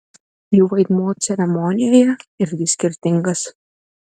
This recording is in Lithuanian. jų vaidmuo ceremonijoje irgi skirtingas